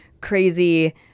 crazy